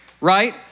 right